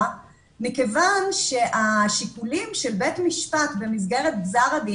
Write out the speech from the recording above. מכיוון שהשיקולים של בית משפט במסגרת גזר הדין,